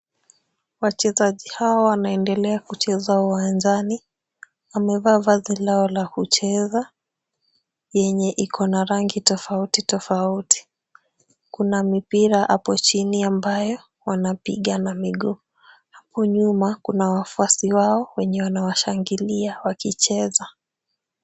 Wachezaji hawa wanaendelea kucheza uwanjani. Wamevaa vazi lao la kucheza yenye iko na rangi tofauti tofauti. Kuna mipira hapo chini ambayo wanapiga na miguu. Hapo nyuma kuna wafuasi wao wenye wanawashangilia wakicheza.